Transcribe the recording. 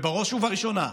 ובראש ובראשונה,